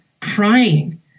crying